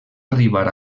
arribar